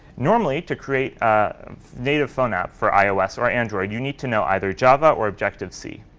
normally to create native phone app for ios or android, you need to know either java or objective c.